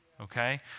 okay